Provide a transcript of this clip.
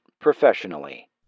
professionally